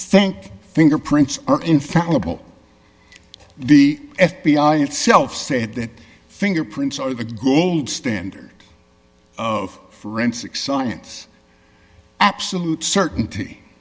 think fingerprints are infallible the f b i itself said that fingerprints are the gold standard of forensic science absolute certainty